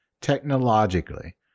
technologically